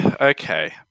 Okay